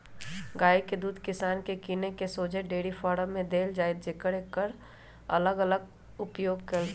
गाइ के दूध किसान से किन कऽ शोझे डेयरी फारम में देल जाइ जतए एकर अलग अलग उपयोग कएल गेल